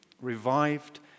revived